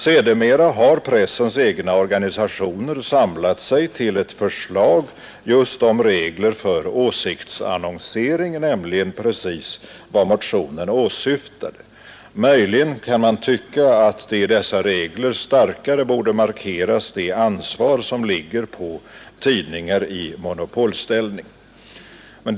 Sedermera har dock pressens egna organisationer samlat sig till ett förslag just om regler för åsiktsannonseringen, alltså precis vad motionen åsyftade. Möjligen kan man tycka att det i dessa regler starkare borde ha markerats det ansvar som ligger på tidningar i monopolställning.